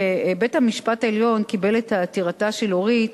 בית-המשפט העליון קיבל את עתירתה של אורית,